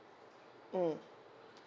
mm